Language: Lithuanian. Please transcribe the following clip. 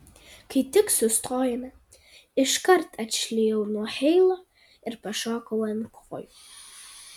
kai tik sustojome iškart atšlijau nuo heilo ir pašokau ant kojų